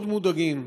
מאוד מודאגים.